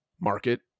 market